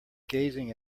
gazing